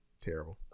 Terrible